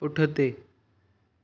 पुठिते